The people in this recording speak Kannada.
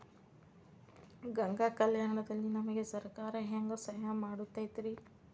ಗಂಗಾ ಕಲ್ಯಾಣ ದಲ್ಲಿ ನಮಗೆ ಸರಕಾರ ಹೆಂಗ್ ಸಹಾಯ ಕೊಡುತೈತ್ರಿ?